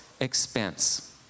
expense